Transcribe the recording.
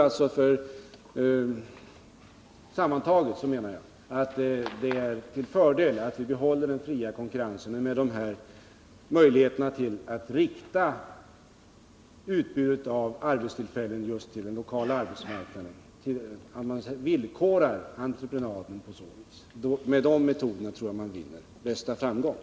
Måndagen den Sammantaget menar jag att det är till fördel att vi behåller den fria 18 februari 1980 konkurrensen, med de möjligheter den ger att rikta utbudet av arbetstillfällen till just den lokala arbetsmarknaden, när villkoren för entreprenaden :| Om användningen fastställs. Med de metoderna tror jag att man vinner de bästa resultaten.